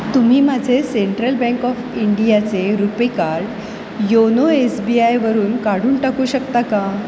तुम्ही माझे central bank of इंडियाचे RuPay card YONO S B आयवरून काढून टाकू शकता का